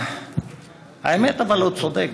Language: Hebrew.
אבל האמת, הוא צודק.